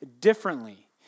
differently